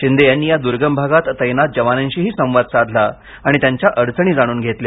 शिंदे यांनी या दुर्गम भागात तैनात जवानांशीही संवाद साधला आणि त्यांच्या अडचणी जाणून घेतल्या